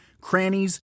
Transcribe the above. crannies